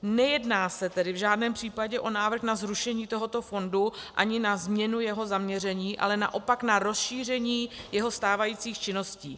Nejedná se tedy v žádném případě o návrh na zrušení tohoto fondu ani na změnu jeho zaměření, ale naopak na rozšíření jeho stávajících činností.